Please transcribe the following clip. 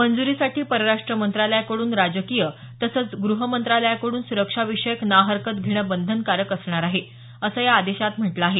मंजुरीसाठी परराष्ट्र मंत्रालयाकडून राजकीय तसंच तर गृह मंत्रालयकडून सुरक्षाविषयक ना हरकत घेणे बंधनकारक असणार आहे असं या आदेशात म्हटलं आहे